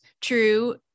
true